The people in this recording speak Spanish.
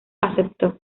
aceptó